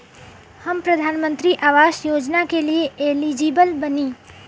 हम प्रधानमंत्री आवास योजना के लिए एलिजिबल बनी?